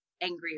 angry